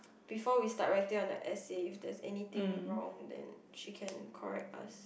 before we start writing on the essay if there's anything wrong then she can correct us